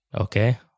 Okay